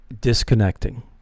disconnecting